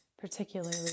particularly